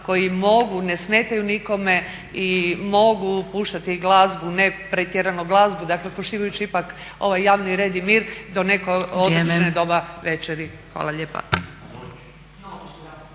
koji mogu, ne smetaju nikome i mogu puštati glazbu, ne pretjerano glasno, dakle poštivajući ipak ovaj javni red i mir, do nekog određenog doba večeri. Hvala lijepa.